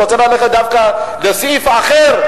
אני רוצה ללכת דווקא לסעיף אחר,